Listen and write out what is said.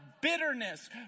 bitterness